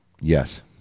Yes